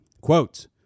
Quote